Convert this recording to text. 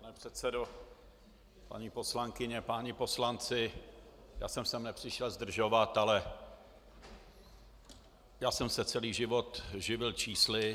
Pane předsedo, paní poslankyně, páni poslanci, já jsem sem nepřišel zdržovat, ale já jsem se celý život živil čísly.